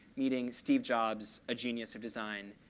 meeting steve jobs, a genius of design,